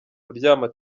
kuryama